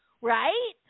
right